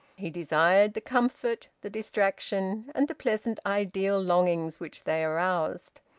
he desired the comfort, the distraction, and the pleasant ideal longings which they aroused.